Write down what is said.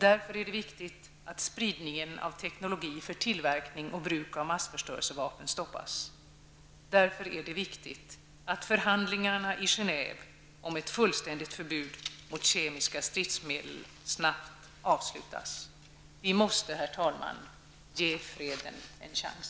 Därför är det viktigt att spridningen av teknik för tillverkning och bruk av massförstörelsevapen stoppas. Därför är det viktigt att förhandlingarna i Genève om ett fullständigt förbud mot kemiska stridsmedel snabbt avslutas. Vi måste, herr talman, ge freden en chans!